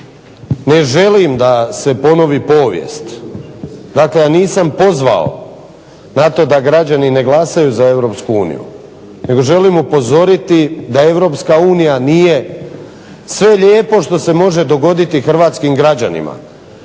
Ne želim da se ponovi povijest. Dakle, ja nisam pozvao na to da građani ne glasaju za Europsku uniju, nego želim upozoriti da Europska unija nije sve lijepo što se može dogoditi hrvatskim građanima.